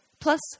Plus